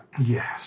Yes